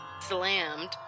slammed